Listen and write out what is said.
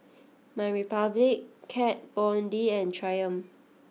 MyRepublic Kat Von D and Triumph